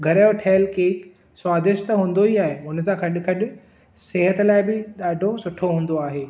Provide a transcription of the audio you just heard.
घर जो ठहियलु केक स्वादिष्ट त हूंदो ई आहे उन सां गॾु गॾु सिहतु लाइ बि डा॒ढो सुठो हूंदो आहे